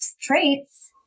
traits